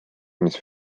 mis